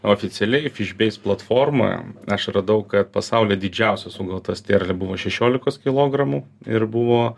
oficialiai fish base platformoje aš radau kad pasauly didžiausia sugauta sterlė buvo šešiolikos kilogramų ir buvo